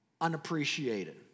unappreciated